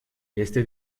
este